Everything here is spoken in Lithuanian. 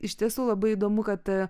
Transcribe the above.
iš tiesų labai įdomu kad